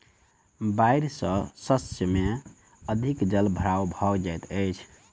बाइढ़ सॅ शस्य में अधिक जल भराव भ जाइत अछि